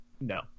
no